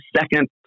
second